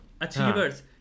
achievers